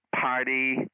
party